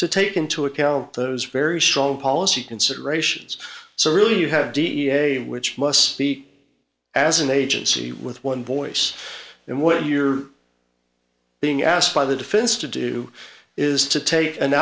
to take into account those very strong policy considerations so really you have da which must speak as an agency with one voice and one year being asked by the defense to do is to take an